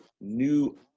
new